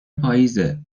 پاییزه